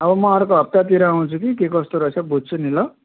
अब म अर्को हप्तातिर आउँछु कि के कस्तो रहेछ बुझ्छु नि ल